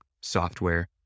software